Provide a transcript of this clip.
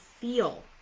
feel